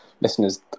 listeners